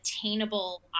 attainable